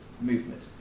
movement